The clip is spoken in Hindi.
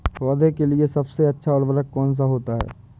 पौधे के लिए सबसे अच्छा उर्वरक कौन सा होता है?